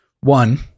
One